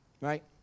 Right